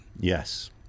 Yes